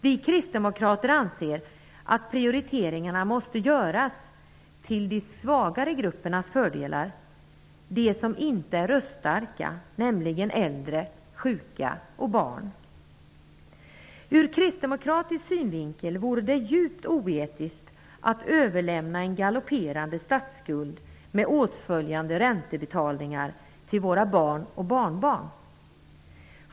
Vi kristdemokrater anser att prioriteringarna måste göras till de svagare gruppernas fördel, de som inte är röststarka, nämligen äldre, sjuka och barn. Ur kristdemokratisk synvinkel vore det djupt oetiskt att överlämna en galopperande statsskuld med åtföljande räntebetalningar till våra barn och barnbarn.